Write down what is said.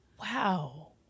Wow